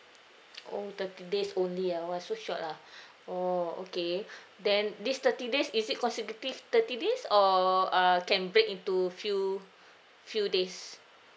oh thirty days only ah !wah! so short ah oh okay then this thirty days is it consecutive thirty days or err can break into few few days